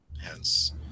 hence